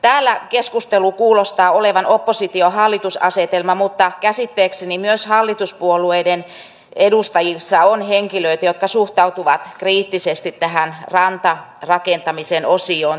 täällä keskustelu kuulostaa olevan oppositiohallitus asetelman mukainen mutta käsittääkseni myös hallituspuolueiden edustajissa on henkilöitä jotka suhtautuvat kriittisesti tähän rantarakentamisen osioon tässä laissa